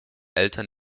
eltern